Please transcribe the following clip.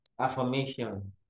Affirmation